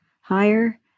higher